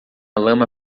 lama